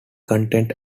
content